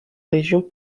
région